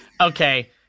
okay